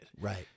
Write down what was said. Right